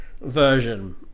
version